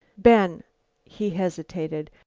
ben he hesitated.